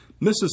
Mrs